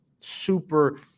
super